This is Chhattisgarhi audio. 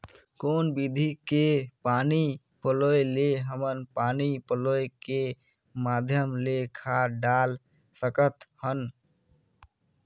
कौन विधि के पानी पलोय ले हमन पानी पलोय के माध्यम ले खाद डाल सकत हन?